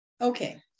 okay